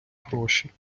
гроші